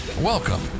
Welcome